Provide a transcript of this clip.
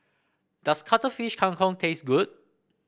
does Cuttlefish Kang Kong taste good